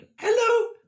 hello